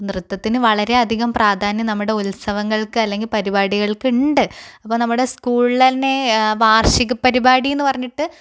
ഇപ്പം നൃത്തത്തിന് വളരെയധികം പ്രാധാന്യം നമ്മുടെ ഉത്സവങ്ങൾക്ക് അല്ലെങ്കിൽ പരിപാടികൾക്ക് ഉണ്ട് അപ്പം നമ്മുടെ സ്കൂളിൽ തന്നെ വാർഷിക പരിപാടി എന്ന് പറഞ്ഞിട്ട്